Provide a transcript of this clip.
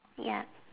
ya